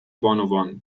بانوان